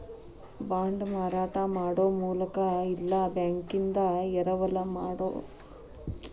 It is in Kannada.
ಬಾಂಡ್ನ ಮಾರಾಟ ಮಾಡೊ ಮೂಲಕ ಇಲ್ಲಾ ಬ್ಯಾಂಕಿಂದಾ ಎರವಲ ಪಡೆಯೊ ಮೂಲಕ ಎರವಲು ಪಡೆಯೊದು ಎರಡನೇ ಪ್ರಮುಖ ಮೂಲ ಅದ